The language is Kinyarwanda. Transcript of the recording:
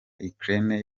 ukraine